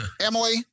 Emily